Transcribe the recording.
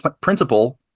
principle